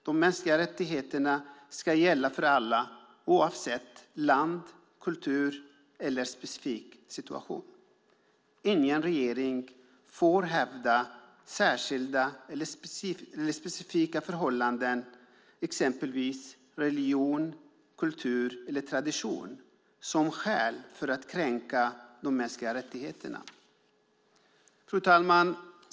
De mänskliga rättigheterna ska gälla för alla oavsett land, kultur eller specifik situation. Ingen regering får hävda särskilda eller specifika förhållanden, exempelvis religion, kultur eller tradition, som skäl för att kränka de mänskliga rättigheterna. Fru talman!